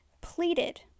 pleaded